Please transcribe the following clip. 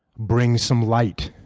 brings some light